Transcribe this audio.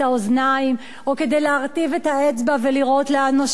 או כדי להרטיב את האצבע ולראות לאן נושבת הרוח.